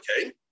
okay